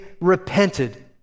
repented